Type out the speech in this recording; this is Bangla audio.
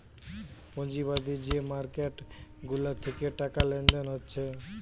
পুঁজিবাদী যে মার্কেট গুলা থিকে টাকা লেনদেন হচ্ছে